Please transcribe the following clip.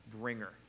bringer